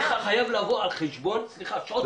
זה חייב לבוא על חשבון שעות תקן.